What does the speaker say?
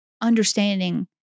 understanding